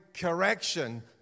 correction